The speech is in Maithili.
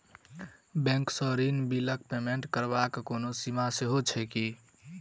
बैंक सँ बिलक पेमेन्ट करबाक कोनो सीमा सेहो छैक की?